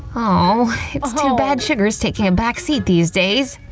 ah it's too bad sugar's taking a back seat these days.